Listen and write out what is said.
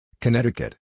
Connecticut